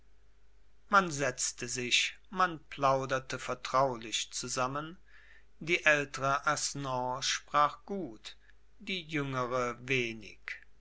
man setzte sich man plauderte vertraulich zusammen die ältere aisnon sprach gut die jüngere wenig